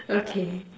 okay